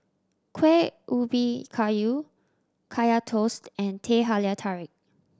Kueh Ubi Kayu Kaya Toast and Teh Halia Tarik